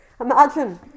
Imagine